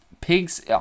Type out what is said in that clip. pigs